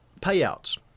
Payouts